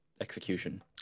execution